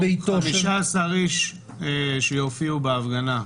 ביתו ----- -15 איש שיופיעו להפגנה.